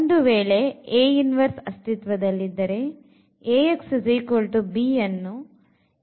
ಒಂದು ವೇಳೆ ಅಸ್ತಿತ್ವದಲ್ಲಿದ್ದರೆ Ax b ಅನ್ನು ಎಂದು ಬರೆದುಕೊಳ್ಳಬಹುದು